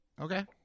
Okay